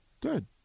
good